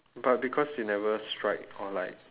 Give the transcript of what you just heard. but because you never strike or like